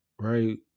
right